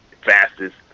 fastest